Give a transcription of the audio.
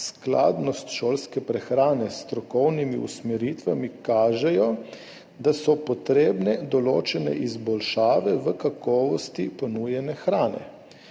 skladnost šolske prehrane s strokovnimi usmeritvami, kažejo, da so potrebne določene izboljšave v kakovosti ponujene hrane.